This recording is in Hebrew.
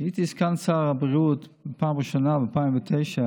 כשהייתי סגן שר הבריאות בפעם הראשונה, ב-2009,